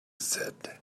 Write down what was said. said